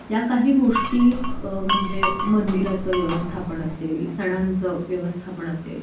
या काही गोष्टी म्हणजे मंदिराचं व्यवस्थापन असेल सणांचं व्यवस्थापन असेल